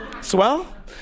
Swell